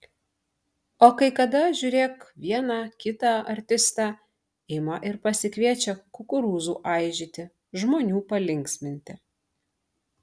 o kai kada žiūrėk vieną kitą artistą ima ir pasikviečia kukurūzų aižyti žmonių palinksminti